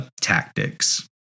tactics